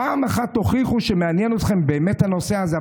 פעם אחת תוכיחו שמעניין אתכם באמת הנושא הזה.